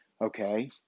Okay